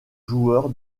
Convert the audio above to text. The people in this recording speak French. joueur